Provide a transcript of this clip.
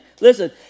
Listen